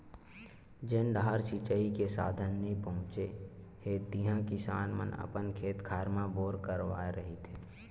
जेन डाहर सिचई के साधन नइ पहुचे हे तिहा किसान मन अपन खेत खार म बोर करवाए रहिथे